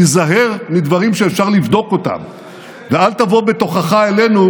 תיזהר מדברים שאפשר לבדוק אותם ואל תבוא בתוכחה אלינו,